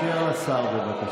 תאפשר לשר, בבקשה.